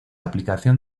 aplicación